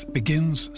begins